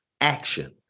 action